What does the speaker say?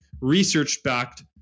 research-backed